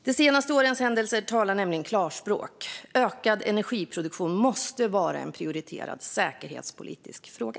De senaste årens händelser talar klarspråk. Ökad energiproduktion måste vara en prioriterad säkerhetspolitisk fråga.